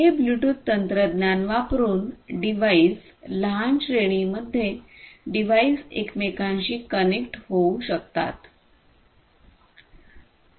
हे ब्लूटूथ तंत्रज्ञान वापरुन डिव्हाइस लहान श्रेणीमध्ये डिव्हाइस एकमेकांशी कनेक्ट होऊ शकतात